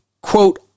quote